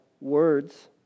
words